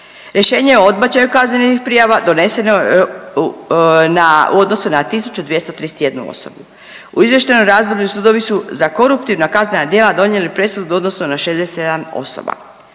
Rješenja o odbačaju kaznenih prijava doneseno na u odnosu 1.231 osobu. U izvještajnom razdoblju sudovi su za koruptivna kaznena djela donijeli presudu u odnosu na 67 osoba.